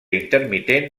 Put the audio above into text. intermitent